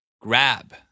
Grab